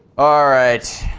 alright,